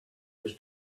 was